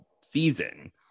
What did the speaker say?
season